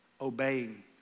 obeying